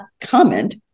comment